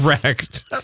Correct